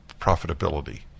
profitability